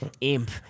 imp